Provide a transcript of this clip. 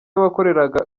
wakoreraga